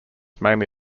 mainly